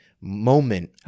moment